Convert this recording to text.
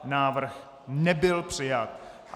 Návrh nebyl přijat.